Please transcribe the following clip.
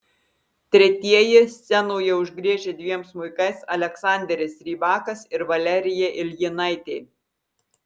tretieji scenoje užgriežę dviem smuikais aleksanderis rybakas ir valerija iljinaitė